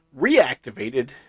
reactivated